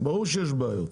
ברור שיש בעיות.